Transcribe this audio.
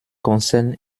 konzern